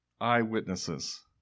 eyewitnesses